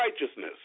righteousness